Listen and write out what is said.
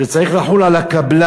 זה צריך לחול על הקבלן.